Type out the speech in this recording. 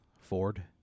Ford